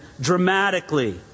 dramatically